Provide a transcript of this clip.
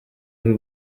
w’u